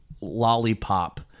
lollipop